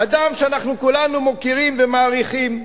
אדם שאנחנו כולנו מוקירים ומעריכים.